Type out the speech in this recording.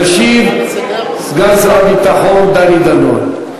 ישיב סגן שר הביטחון דני דנון.